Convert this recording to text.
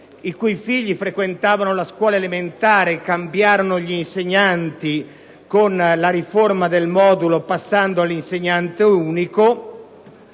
i cui figli frequentavano la scuola elementare ha cambiato gli insegnanti con la riforma del modulo, passando all'insegnante unico.